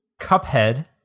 cuphead